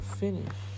finish